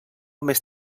més